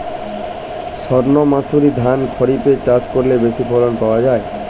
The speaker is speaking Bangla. সর্ণমাসুরি ধান খরিপে চাষ করলে বেশি ফলন পাওয়া যায়?